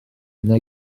neu